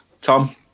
Tom